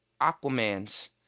Aquamans